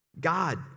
God